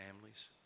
families